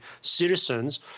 citizens